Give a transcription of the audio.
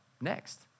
next